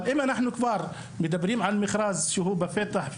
אבל אם אנחנו כבר מדברים על מכרז שנמצא בפתח,